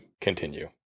continue